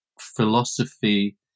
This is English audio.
philosophy